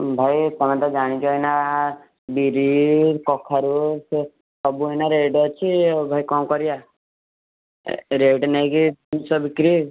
ଭାଇ ତମେତ ଜାଣିଛ ଏଇନା ବିରି କଖାରୁ ସେ ସବୁ ଏଇନା ରେଟ୍ ଅଛି ଆଉ ଭାଇ କଣ କରିବା ରେଟ୍ ନେଇକି ଜିନିଷ ବିକ୍ରି